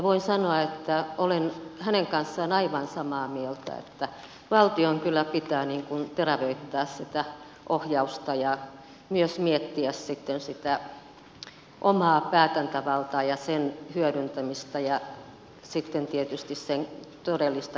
voin sanoa että olen hänen kanssaan aivan samaa mieltä että valtion kyllä pitää terävöittää sitä ohjausta ja myös miettiä sitten sitä omaa päätäntävaltaa ja sen hyödyntämistä ja sitten tietysti sen todellista käyttämistä